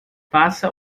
faça